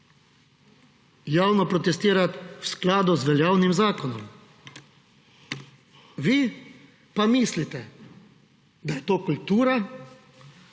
javno protestirati v skladu z veljavnim zakonom. Vi pa mislite, da je to kultura,